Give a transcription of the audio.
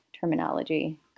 terminology